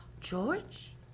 George